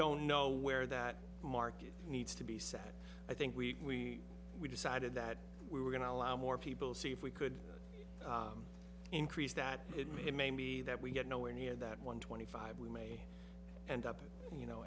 don't know where that market needs to be said i think we we decided that we were going to allow more people see if we could increase that it may be that we get nowhere near that one twenty five we may end up you know